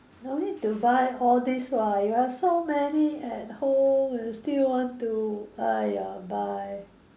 no need to buy all these [what] you have so many at home you still want to !aiya! buy